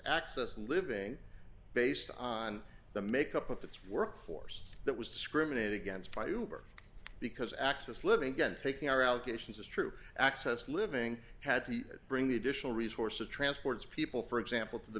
access living based on the makeup of its workforce that was discriminated against by over because access living again taking our allegations as true access living had to bring the additional resources transports people for example t